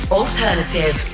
alternative